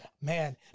Man